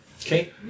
Okay